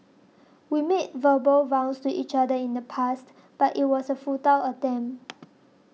we made verbal vows to each other in the past but it was a futile attempt